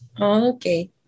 okay